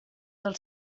del